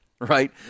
right